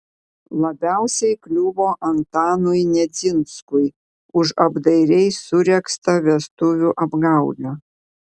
labiausiai kliuvo antanui nedzinskui už apdairiai suregztą vestuvių apgaulę